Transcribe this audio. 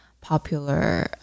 popular